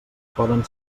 poden